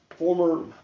former